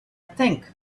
think